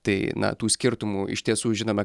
tai na tų skirtumų iš tiesų žinome